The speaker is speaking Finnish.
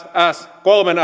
kolmen